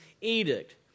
edict